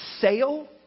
sale